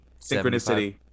Synchronicity